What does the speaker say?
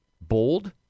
bold